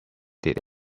did